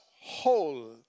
whole